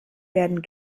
werden